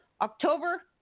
October